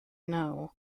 know